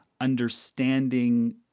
understanding